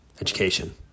Education